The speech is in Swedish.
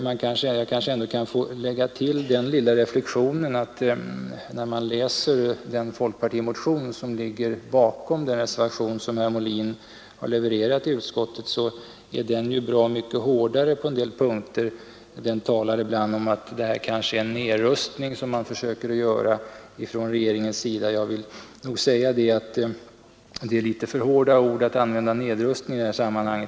Jag kanske ändå får lägga till den lilla reflexionen att när man läser den folkpartimotion som ligger bakom den reservation som herr Molin har levererat i utskottet finner man att motionen är bra mycket hårdare än reservationen på en del punkter. Motionen talar ibland om en nedrustning från regeringens sida. Det är nog litet för hårt att använda ordet nedrustning i detta sammanhang.